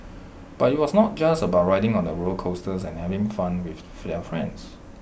but IT was not just about riding on the roller coasters and having fun with their friends